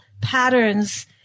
patterns